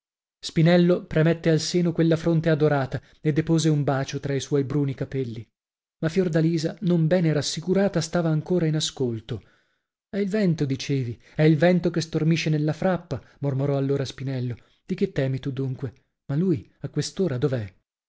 spinello premette al seno quella fronte adorata e depose un bacio tra i suoi bruni capelli ma fiordalisa non bene rassicurata stava ancora in ascolto è il vento dicevi è il vento che stormisce nella frappa mormorò allora spinello di che temi tu dunque ma lui a quest'ora dov'è